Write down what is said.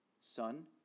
Son